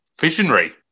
visionary